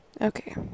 Okay